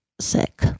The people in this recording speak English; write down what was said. sick